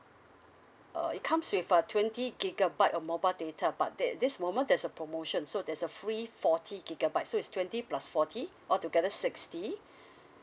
err it comes with a twenty gigabyte of mobile data but that this moment there's a promotion so there's a free forty gigabyte so it's twenty plus forty altogether sixty